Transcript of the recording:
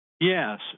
Yes